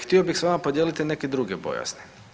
Htio bih sa vama podijeliti neke druge bojazni.